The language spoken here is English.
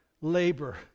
labor